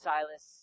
Silas